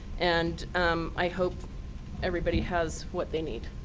and i hope everybody has what they need.